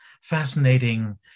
fascinating